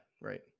Right